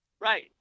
Right